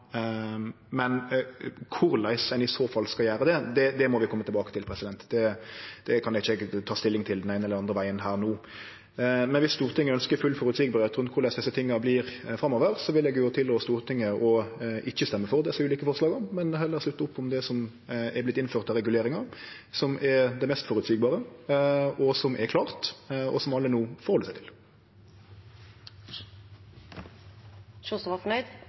Men korleis ein i så fall skal gjere det, må vi kome tilbake til. Det kan ikkje eg ta stilling til den eine eller den andre vegen her no. Men viss Stortinget ønskjer full føreseielegheit rundt korleis desse tinga vert framover, vil eg tilrå Stortinget å ikkje stemme for desse ulike forslaga, men heller slutte opp om det som er vorte innført av reguleringar, som er det mest føreseielege, og som er klart, og som alle no forheld seg